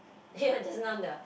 ya just now the